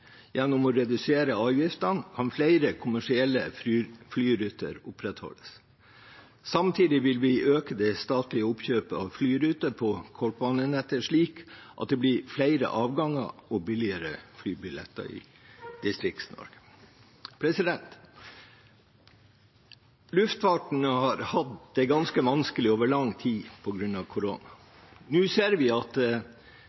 Gjennom å redusere avgiftene kan flere kommersielle flyruter opprettholdes. Samtidig vil vi øke det statlige oppkjøpet av flyruter på kortbanenettet, slik at det blir flere avganger og billigere flybilletter i Distrikts-Norge. Luftfarten har hatt det ganske vanskelig over lang tid